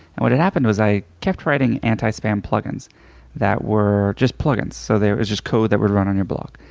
and what had happened was i kept writing anti-spam plug-ins that were just plug-ins. so it was just code that would run on your blog.